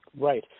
Right